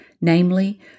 namely